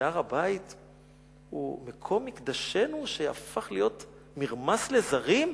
שהר-הבית הוא מקום מקדשנו, שהפך להיות מרמס לזרים?